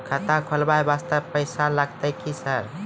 खाता खोलबाय वास्ते पैसो लगते की सर?